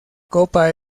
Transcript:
copa